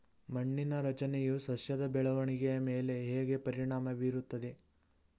ಮಣ್ಣಿನ ರಚನೆಯು ಸಸ್ಯದ ಬೆಳವಣಿಗೆಯ ಮೇಲೆ ಹೇಗೆ ಪರಿಣಾಮ ಬೀರುತ್ತದೆ?